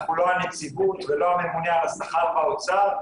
אנחנו לא הנציבות ולא הממונה על השכר באוצר,